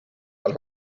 all